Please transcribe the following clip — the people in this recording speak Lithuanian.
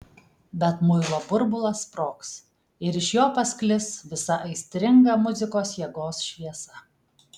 bet muilo burbulas sprogs ir iš jo pasklis visa aistringa muzikos jėgos šviesa